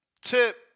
Tip